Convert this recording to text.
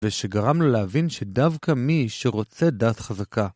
ושגרם לו להבין שדווקא מי שרוצה דת חזקה.